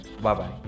bye-bye